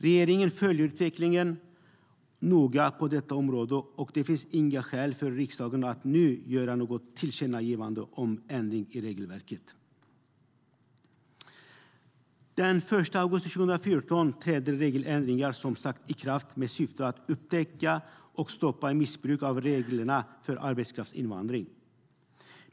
Regeringen följer utvecklingen noga på området, och det finns inga skäl för riksdagen att nu göra något tillkännagivande om ändring i regelverket. Den 1 augusti 2014 trädde regeländringar i kraft med syfte att upptäcka och stoppa missbruk av reglerna för arbetskraftsinvandring.